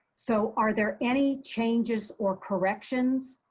so, are there any changes or corrections,